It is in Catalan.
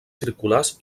circulars